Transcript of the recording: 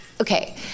Okay